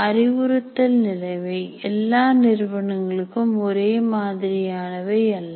அறிவுறுத்தல் நிலைமை எல்லா நிறுவனங்களும் ஒரே மாதிரியானவை அல்ல